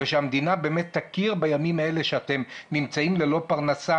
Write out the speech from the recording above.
ושהמדינה תכיר בימים האלה שאתם נמצאים ללא פרנסה,